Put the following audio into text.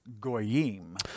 goyim